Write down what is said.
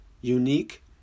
unique